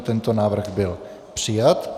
Tento návrh byl přijat.